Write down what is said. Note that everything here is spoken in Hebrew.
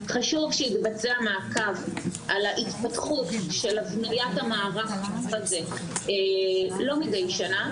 חשוב שהתבצע מעקב על ההתפתחות של הבניית המערך הזה לא מדי שנה,